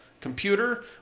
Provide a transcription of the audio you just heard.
computer